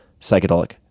psychedelic